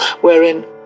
wherein